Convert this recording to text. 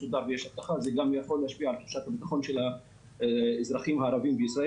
אלא גם מסייעת לחיזוק תחושת הביטחון הכללית ביישובים.